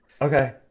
okay